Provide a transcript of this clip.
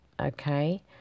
okay